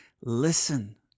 Listen